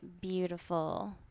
beautiful